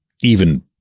even-